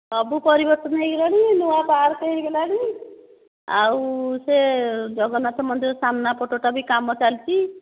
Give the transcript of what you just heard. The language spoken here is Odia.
ସବୁ ପରିବର୍ତ୍ତନ ହୋଇଗଲାଣି ନୂଆ ପାର୍କ ହୋଇଗଲାଣି ଆଉ ସେ ଜଗନ୍ନାଥ ମନ୍ଦିର ସାମ୍ନା ପଟଟା ବି କାମ ଚାଲିଛି